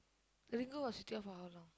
Ringo was with you for how long